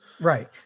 Right